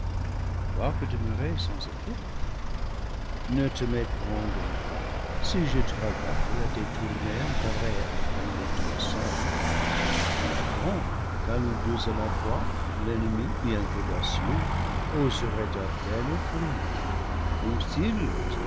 quoique demeurée sans effet ne te méprends donc pas si je travaille à détourner un pareil affront de toi seule un affront qu'à nous deux à la fois l'en nemi bien qu'audacieux oserait à peine offrir ou s'il